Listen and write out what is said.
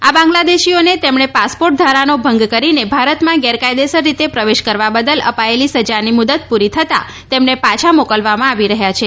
આ બાંગ્લાદેશીઓને તેમણે પાસપોર્ટ ધારાનો ભંગ કરીને ભારતમાં ગેરકાયદેસર રીતે પ્રવેશ કરવા બદલ અપાયેલી સજાની મુદત પૂરી થતાં તેમને પાછા મોકલવામાં આવી રહ્યા છે